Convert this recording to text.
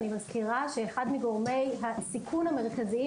אני מזכירה שאחד מגורמי הסיכון המרכזיים